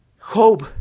Hope